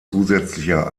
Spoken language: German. zusätzlicher